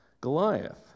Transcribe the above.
Goliath